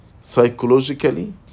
psychologically